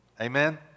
Amen